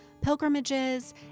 pilgrimages